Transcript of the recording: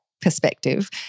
perspective